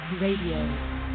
Radio